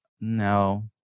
no